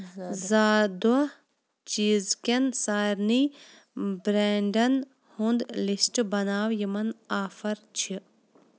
زا دۄہ چیٖزکٮ۪ن سارنی برٛینٛڈَن ہُنٛد لِسٹ بناو یِمَن آفر چھِ